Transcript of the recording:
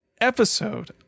episode